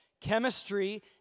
Chemistry